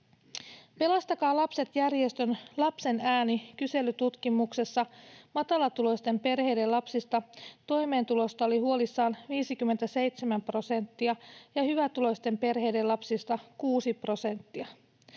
Pelastakaa Lapset ‑järjestön Lapsen ääni ‑kyselytutkimuksessa matalatuloisten perheiden lapsista toimeentulosta oli huolissaan 57 prosenttia ja hyvätuloisten perheiden lapsista 6 prosenttia.